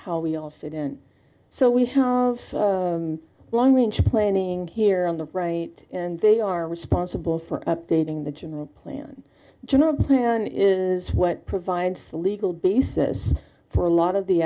how we all fit in so we have all of long range planning here on the right and they are responsible for updating the general plan general plan is what provides legal basis for a lot of the